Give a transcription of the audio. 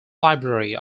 library